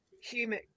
human